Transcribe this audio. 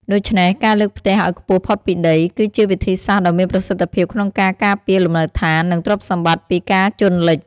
ដូច្នេះ ការលើកផ្ទះឲ្យខ្ពស់ផុតពីដី គឺជាវិធីសាស្រ្តដ៏មានប្រសិទ្ធភាពក្នុងការការពារលំនៅឋាន និងទ្រព្យសម្បត្តិពីការជន់លិច ។